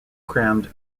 crammed